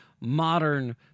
Modern